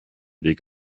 weg